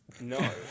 No